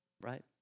Right